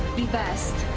be best.